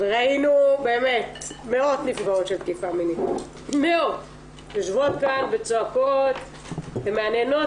וראינו באמת מאות נפגעות של תקיפה מינית יושבות כאן וצועקות ומהנהנות,